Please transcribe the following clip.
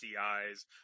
eyes